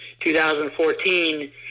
2014